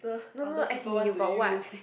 no no no as in you got what